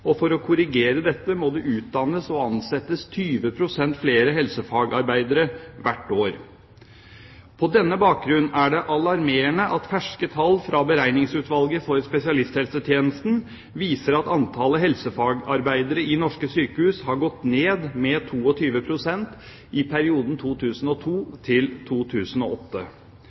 referansealternativ. For å korrigere dette må det utdannes og ansettes 20 pst. flere helsefagarbeidere hvert år. På denne bakgrunn er det alarmerende at ferske tall fra Beregningsutvalget for spesialisthelsetjenesten viser at antallet helsefagarbeidere i norske sykehus har gått ned med 22 pst. i perioden